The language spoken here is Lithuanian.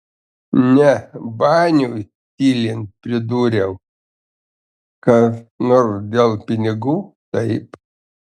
ne baniui tylint pridūriau kas nors dėl pinigų taip